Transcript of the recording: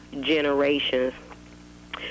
generations